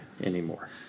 anymore